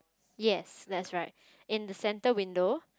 yes that's right in the centre window